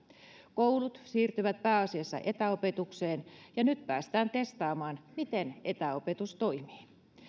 koulut siirtyvät pääasiassa etäopetukseen ja nyt päästään testaamaan miten etäopetus toimii